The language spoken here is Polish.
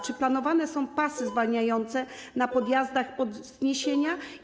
Czy planowane są pasy zwalniające na podjazdach pod wzniesienia?